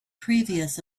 previous